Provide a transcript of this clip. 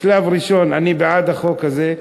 בשלב ראשון אני בעד החוק הזה,